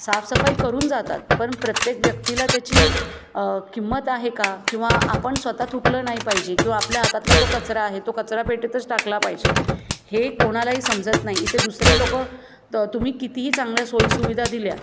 साफसफाई करून जातात पण प्रत्येक व्यक्तीला त्याची किंमत आहे का किंवा आपण स्वतः तुटलं नाही पाहिजे किंवा आपल्या हातातला जो कचरा आहे तो कचरा पेटीतच टाकला पाहिजे हे कोणालाही समजत नाही इथे दुसरी लोक तर तुम्ही कितीही चांगल्या सोयीसुविधा दिल्या